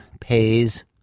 pays